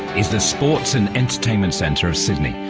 is the sports and entertainment centre of sydney,